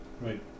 Right